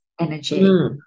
energy